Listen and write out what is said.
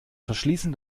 verschließen